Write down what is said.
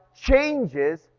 changes